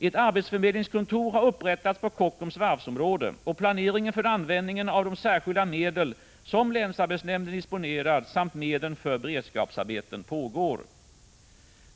Ett arbetsförmedlingskontor har upprättats på Kockums varvsområde. Planeringen för användningen av de särskilda medel som länsarbetsnämnden disponerar samt medlen för beredskapsarbeten pågår.